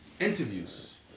interviews